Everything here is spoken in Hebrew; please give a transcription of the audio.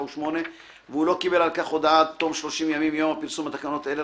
7 ו-8 והוא לא קיבל על כך הודעה עד תום 30 ימים מיום פרסום תקנות אלה,